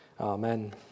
Amen